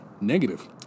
negative